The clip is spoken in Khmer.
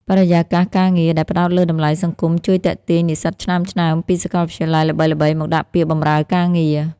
បរិយាកាសការងារដែលផ្ដោតលើតម្លៃសង្គម ជួយទាក់ទាញនិស្សិតឆ្នើមៗពីសាកលវិទ្យាល័យល្បីៗមកដាក់ពាក្យបម្រើការងារ។